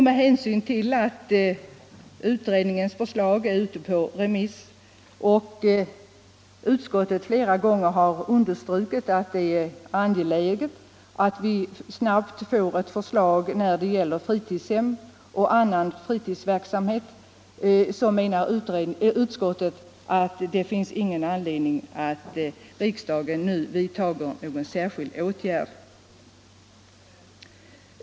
Med hänsyn till att utredningens förslag remissbehandlas och utskottet flera gånger har understrukit angelägenheten av att vi snabbt får ett förslag om fritidshem och annan fritidsverksamhet menar utskottet att det inte finns anledning för riksdagen att nu vidta någon särskild åtgärd.